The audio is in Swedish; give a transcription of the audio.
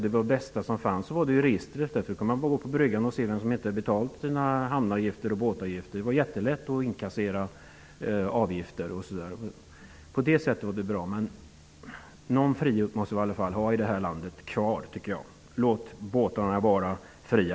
Det var lätt att från bryggan se vilka som inte hade betalt sina hamn och båtavgifter. Det var jättelätt att inkassera avgifter. Men någon frihet måste vi ha kvar i landet. Låt båtarna vara fria.